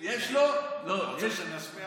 אתה רוצה שאני אשמיע אותו?